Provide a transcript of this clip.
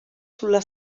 sulla